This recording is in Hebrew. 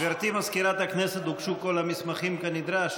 גברתי מזכירת הכנסת, הוגשו כל המסמכים כנדרש?